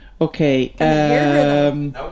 Okay